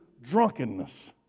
drunkenness